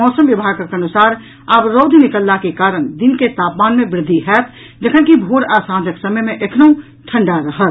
मौसम विभागक अनुसार आब रौद निकलला के कारण दिन के तापमान मे वृद्धि होयत जखन कि भोर आ सांझक समय मे एखनहुं ठंढ़ा रहत